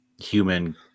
human